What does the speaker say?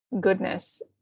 goodness